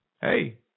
hey